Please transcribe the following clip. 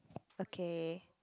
okay